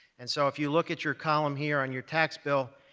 and so if you look at your column here on your tax bill,